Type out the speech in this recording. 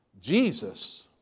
Jesus